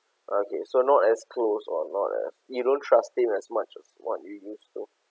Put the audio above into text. okay so not as close or not as you don't trust him as much as what you used to